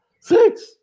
Six